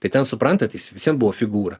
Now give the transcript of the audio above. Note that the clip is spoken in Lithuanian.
tai ten suprantat jis visvien buvo figūra